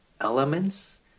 elements